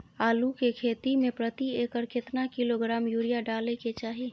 आलू के खेती में प्रति एकर केतना किलोग्राम यूरिया डालय के चाही?